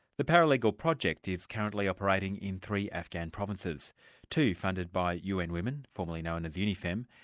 the paralegal project is currently operating in three afghan provinces two funded by un women, formerly known as unifem,